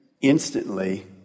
Instantly